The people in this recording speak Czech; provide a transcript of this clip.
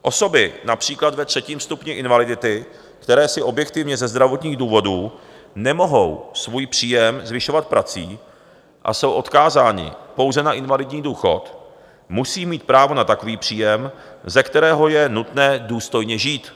Osoby například ve třetím stupni invalidity, které si objektivně ze zdravotních důvodů nemohou svůj příjem zvyšovat prací a jsou odkázány pouze na invalidní důchod, musí mít právo na takový příjem, ze kterého je nutné důstojně žít.